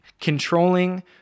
controlling